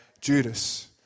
Judas